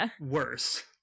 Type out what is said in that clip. worse